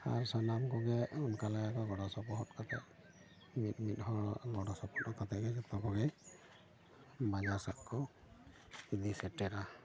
ᱟᱨ ᱥᱟᱱᱟᱢ ᱠᱚᱜᱮ ᱚᱱᱠᱟᱞᱮ ᱜᱚᱲᱚ ᱥᱚᱯᱚᱦᱚᱫ ᱠᱟᱛᱮᱫ ᱢᱤᱫ ᱢᱤᱫ ᱦᱚᱲ ᱜᱚᱲᱚ ᱥᱚᱯᱚᱦᱚᱫ ᱠᱟᱛᱮ ᱜᱮᱞᱮ ᱫᱚᱦᱚᱭ ᱵᱟᱡᱟᱨ ᱥᱮᱫ ᱠᱚ ᱤᱫᱤ ᱥᱮᱴᱮᱨᱟ